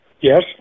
Yes